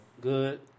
Good